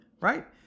right